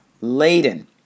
laden